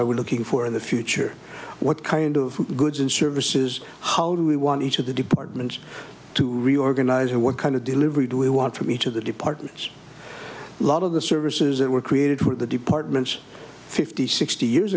are we looking for in the future what kind of goods and services how do we want each of the departments to reorganize and what kind of delivery do we want for me to the departments lot of the services that were created for the departments fifty sixty years